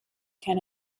can